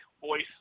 voice